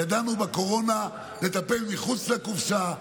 ידענו בקורונה לטפל מחוץ לקופסה.